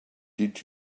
did